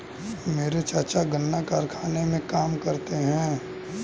मेरे चाचा गन्ना कारखाने में काम करते हैं